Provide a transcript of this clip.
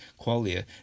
qualia